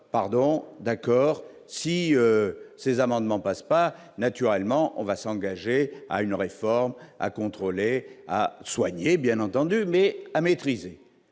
d'accord, si ces amendements passent pas naturellement, on va s'engager à une réforme à contrôler à soigner bien entendu mais à maîtriser